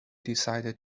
decided